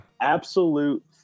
Absolute